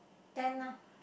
ten ah